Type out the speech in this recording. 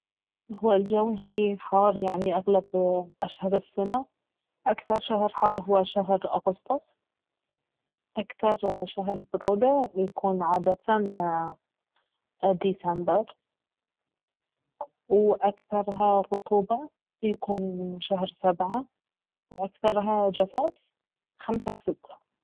اهو الجو هني حار يعني اغلب اشهر السنة اكثر شهر حار اهو شهر أغسطس اكثر شهر برودة يكون عادةً ديسمبر وأكثرها رطوبة يكون شهر سبعة وأكثرها جفاف خمسة وستة